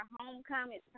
homecoming